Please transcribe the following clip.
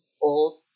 old